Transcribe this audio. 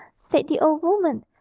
said the old woman,